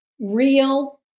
real